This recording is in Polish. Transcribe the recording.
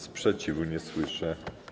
Sprzeciwu nie słyszę.